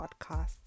podcast